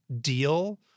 deal